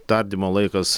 tardymo laikas